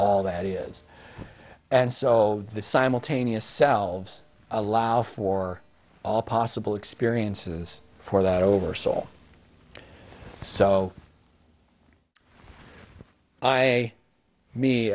all that is and so the simultaneous selves allow for all possible experiences for that oversaw so i me